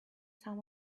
some